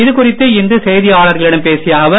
இது குறித்து இன்று செய்தியாளர்களிடம் பேசிய அவர்